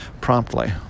promptly